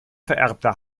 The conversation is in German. vererbte